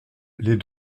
les